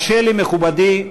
הרשה לי, מכובדי,